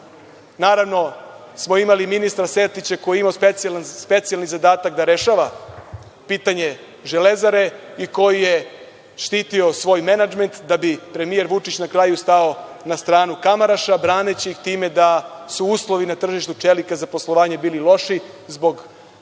naravno, imali smo ministra Sertića koji je imao specijalni zadatak da rešava pitanje „Železare“ i koji je štitio svoj menadžment, da bi premijer Vučić na kraju stao na stranu Kamaraša, braneći ih time da su uslovi na tržištu čelika za poslovanje bili loši zbog trenutne